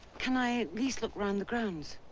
can i at least look around the grounds?